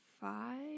five